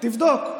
תבדוק.